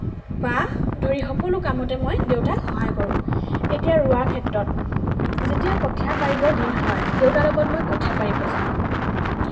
পৰা ধৰি সকলো কামতে মই দেউতাক সহায় কৰোঁ এতিয়া ৰোৱাৰ ক্ষেত্ৰত যেতিয়া কঠীয়া পাৰিবৰ দিন হয় দেউতাৰ লগত মই কঠীয়া পাৰিব যাওঁ